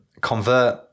convert